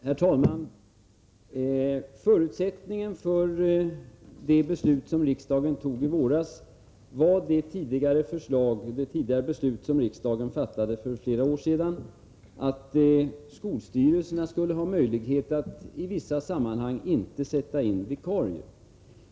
Herr talman! Förutsättningen för det beslut som riksdagen fattade i våras var det tidigare beslut som riksdagen fattade för flera år sedan om att skolstyrelserna skulle ha möjlighet att i vissa sammanhang inte sätta in vikarier.